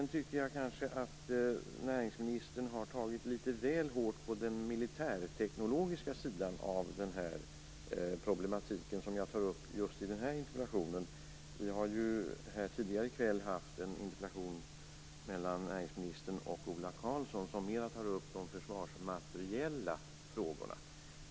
Jag tycker kanske också att näringsministern har tagit litet väl hårt på den militärteknologiska sidan av den problematik jag tar upp i just den här interpellationen. Vi har ju här tidigare i kväll haft en interpellationsdebatt mellan näringsministern och Ola Karlsson som mera tog upp de försvarsmateriella frågorna.